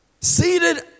Seated